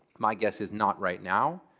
my guess is not right now,